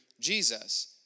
Jesus